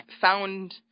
found